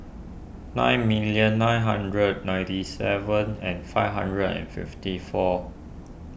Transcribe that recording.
nine million nine hundred ninety seven and five hundred and fifty four